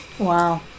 Wow